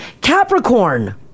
Capricorn